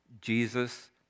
Jesus